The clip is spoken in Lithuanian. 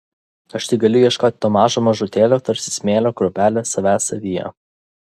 aš tik galiu ieškoti to mažo mažutėlio tarsi smėlio kruopelė savęs savyje